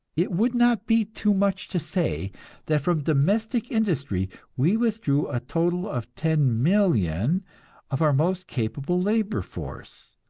it would not be too much to say that from domestic industry we withdrew a total of ten million of our most capable labor force.